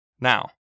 Now